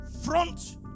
front